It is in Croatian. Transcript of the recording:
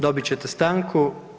Dobit ćete stanku.